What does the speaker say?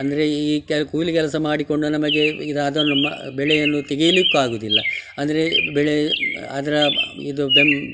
ಅಂದರೆ ಈ ಕೆ ಕೂಲಿ ಕೆಲಸ ಮಾಡಿಕೊಂಡು ನಮಗೆ ಇದು ಅದನ್ನು ಮ ಬೆಳೆಯನ್ನು ತೆಗೆಯಲಿಕ್ಕೂ ಆಗುವುದಿಲ್ಲ ಅಂದರೆ ಬೆಳೆ ಅದರ ಇದು ಬೆಂ